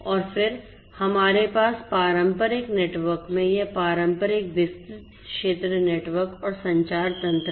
और फिर हमारे पास पारंपरिक नेटवर्क में यह पारंपरिक विस्तृत क्षेत्र नेटवर्क और संचार तंत्र है